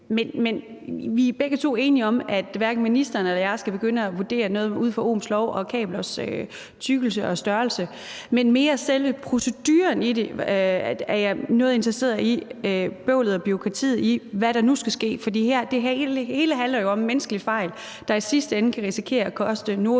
jeg. Vi er begge to enige om, at hverken ministeren eller jeg skal begynde at vurdere noget ud fra Ohms lov og kablers tykkelse og størrelse, men mere selve proceduren og bøvlet og bureaukratiet i, hvad der nu skal ske, er jeg noget interesseret, fordi det hele handler jo om en menneskelig fejl, der i sidste ende kan risikere at koste nordjyderne